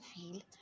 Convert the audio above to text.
feel